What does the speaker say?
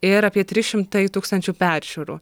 ir apie trys šimtai tūkstančių peržiūrų